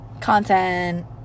content